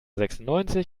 sechsundneunzig